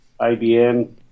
IBM